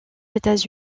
états